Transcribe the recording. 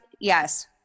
yes